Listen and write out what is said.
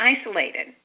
isolated